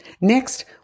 Next